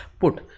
put